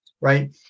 right